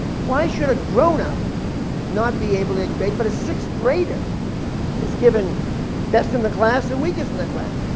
why should a grown-up not be able to grade, but a sixth grader is given best in the class, and weakest in the class?